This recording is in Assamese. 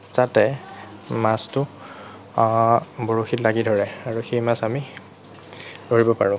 যাতে মাছটো বৰশীত লাগি ধৰে আৰু সেই মাছ আমি ধৰিব পাৰোঁ